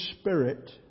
spirit